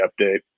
update